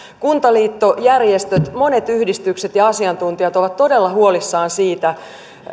kuntaliitto järjestöt monet yhdistykset ja ja asiantuntijat ovat todella huolissaan siitä